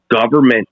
government